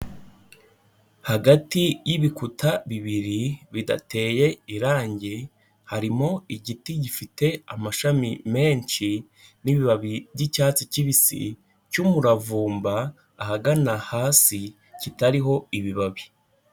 Hagati y'ibikuta bibiri bidateye irange harimo igiti gifite amashami menshi n'ibibabi by'icyatsi kibisi cy'umuravumba ahagana hasi kitariho ibibabi.